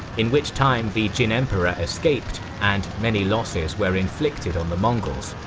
in which time the jin emperor escaped and many losses were inflicted on the mongols.